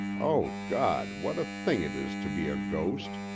o god! what a thing it is to be a ghost,